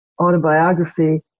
autobiography